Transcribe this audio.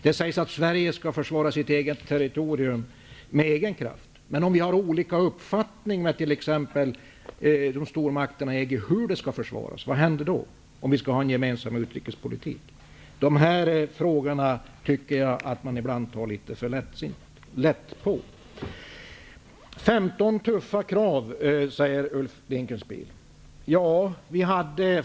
Det sägs att Sverige skall försvara sitt eget territorium med egen kraft. Men om vi har en annan uppfattning än t.ex. stormakterna i EG om hur det skall försvaras, vad händer då om vi skall ha en gemensam utrikespolitik? Jag tycker att man ibland tar litet för lätt på dessa frågor. Ulf Dinkelspiel säger att det finns 15 tuffa krav.